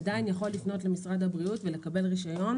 עדיין יכול לפנות למשרד הבריאות ולקבל רישיון